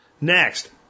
Next